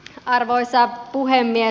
arvoisa puhemies